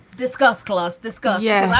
discuss. carlos, this guy. yeah.